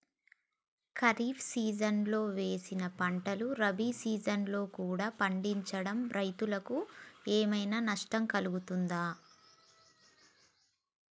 ఖరీఫ్ సీజన్లో వేసిన పంటలు రబీ సీజన్లో కూడా పండించడం రైతులకు ఏమైనా నష్టం కలుగుతదా?